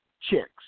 chicks